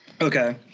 Okay